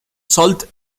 salt